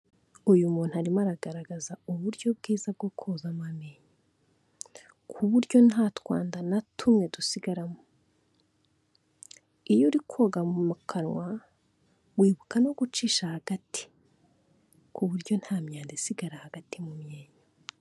Uyu muntu arimo aragaragaza uburyo bwiza bwo kozamo amamenyo, kuburyo nta twanda na tumwe dusigaramo. Iyo uri koga mu kanwa, wibuka no gucisha hagati, kuburyo nta myanda isigara hagati mu myenyo.